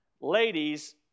Ladies